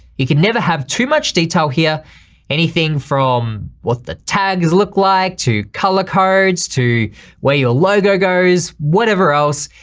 you can never have too much detail here anything from what the tags look like, to color cards, to where your logo goes, whatever else.